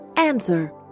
Answer